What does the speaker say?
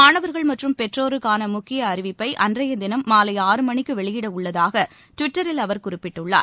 மாணவர்கள் மற்றும் பெற்றோருக்காள முக்கிய அறிவிப்பை அன்றைய தினம் மாலை ஆறு மணிக்கு வெளியிடவுள்ளதாக டுவிட்டரில் அவர் குறிப்பிட்டுள்ளார்